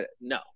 No